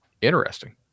interesting